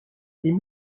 les